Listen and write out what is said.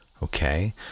Okay